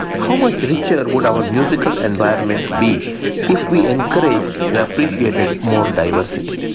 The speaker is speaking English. how much richer would our musical environment be if we encouraged and appreciated more diversity.